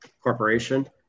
corporation